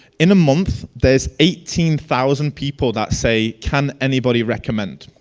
in a month there's eighteen thousand people that say, can anybody recommend.